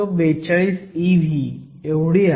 42 ev एवढी आहे